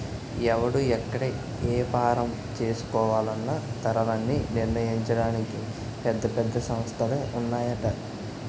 ఎవడు ఎక్కడ ఏపారం చేసుకోవాలన్నా ధరలన్నీ నిర్ణయించడానికి పెద్ద పెద్ద సంస్థలే ఉన్నాయట